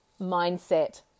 mindset